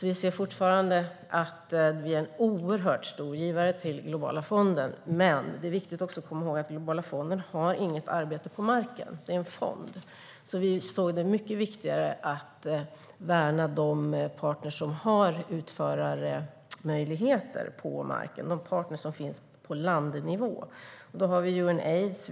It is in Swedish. Vi är därför fortfarande en oerhört stor givare till Globala fonden. Men det är också viktigt att komma ihåg att Globala fonden inte har något arbete på marken. Det är en fond. Vi ansåg därför att det var mycket viktigare att värna de partner som har utförarmöjligheter på marken, alltså de partner som finns på landnivå. Då har vi Unaids.